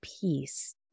peace